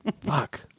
Fuck